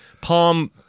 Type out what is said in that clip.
Palm